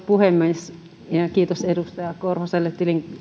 puhemies kiitos edustaja korhoselle